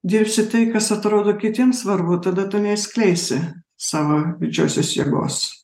dirbsi tai kas atrodo kitiems svarbu tada tu neišskleisi savo didžiosios jėgos